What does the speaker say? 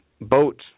boat